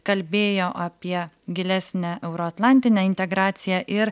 kalbėjo apie gilesnę euroatlantinę integraciją ir